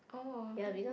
oh sometimes